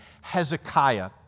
Hezekiah